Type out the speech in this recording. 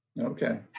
Okay